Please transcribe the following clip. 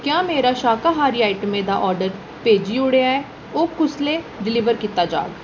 क्या मेरा शाकाहारी आइटमें दा आर्डर भेजी ओड़ेआ ऐ ओह् कुसलै डिलीवर कीता जाह्ग